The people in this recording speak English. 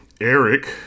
Eric